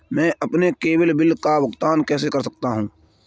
मैं अपने cable bill का भुगतान कैसे कर सकता हूँ?